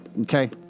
okay